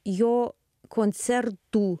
jo koncertų